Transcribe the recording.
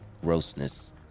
grossness